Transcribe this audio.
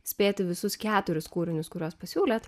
spėti visus keturis kūrinius kuriuos pasiūlėt